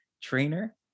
trainer